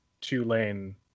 two-lane